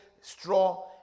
straw